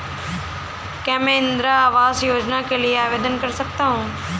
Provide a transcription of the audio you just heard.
क्या मैं इंदिरा आवास योजना के लिए आवेदन कर सकता हूँ?